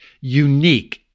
unique